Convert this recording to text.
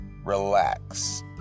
Relax